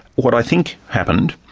what i think happened,